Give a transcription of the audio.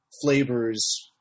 flavors